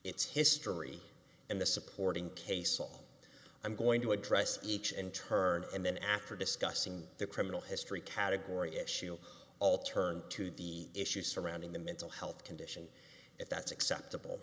its history and the supporting case all i'm going to address each and turn and then after discussing the criminal history category issue all turned to the issues surrounding the mental health condition that's acceptable